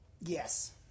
Yes